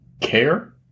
Care